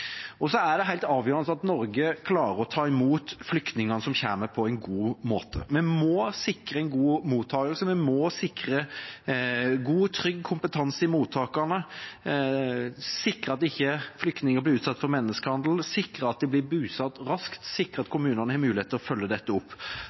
er helt avgjørende at Norge klarer å ta imot flyktningene som kommer, på en god måte. Vi må sikre en god mottakelse, sikre god, trygg kompetanse i mottakene, sikre at ikke flyktninger blir utsatt for menneskehandel, sikre at de blir bosatt raskt, og sikre at